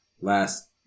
last